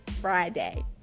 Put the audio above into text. Friday